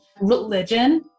religion